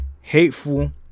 hateful